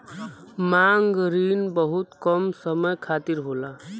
मांग रिन बहुत कम समय खातिर होला